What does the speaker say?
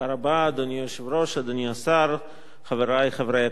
אדוני היושב-ראש, אדוני השר, חברי חברי הכנסת,